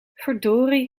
verdorie